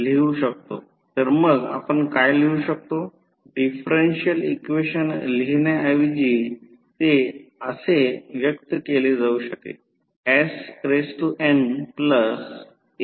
म्हणून I2 असेल की V 1 व्होल्टेज ज्याला कमी व्होल्टेज बाजू म्हणतात हे आम्ही घेतलेले संदर्भ व्होल्टेज आहे